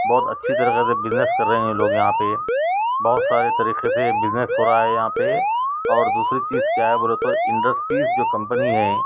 بہت اچھی طریقے سے بزنس کر رہے ہیں یہ لوگ یہاں پہ بہت سارے طریقے سے بزنس ہو رہا ہے یہاں پہ اور دوسری چیز کیا ہے بولے تو انڈسٹریز جو کمپنی ہے